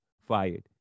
fired